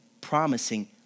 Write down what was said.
promising